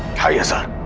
your son